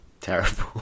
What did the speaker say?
terrible